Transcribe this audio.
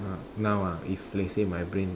now ah if let's say my brain